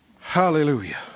Hallelujah